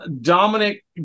Dominic